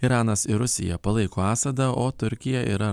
iranas ir rusija palaiko assadą o turkija yra